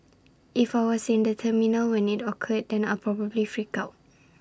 if I was in the terminal when IT occurred then I'll probably freak out